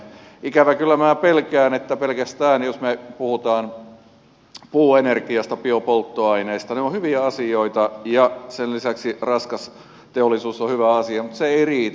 ikävä kyllä minä pelkään että pelkästään se että me puhumme puuenergiasta biopolttoaineesta ne ovat hyviä asioita ja sen lisäksi raskas teollisuus on hyvä asia ei riitä